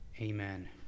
amen